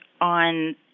on